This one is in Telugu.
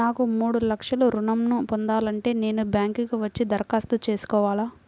నాకు మూడు లక్షలు ఋణం ను పొందాలంటే నేను బ్యాంక్కి వచ్చి దరఖాస్తు చేసుకోవాలా?